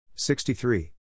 63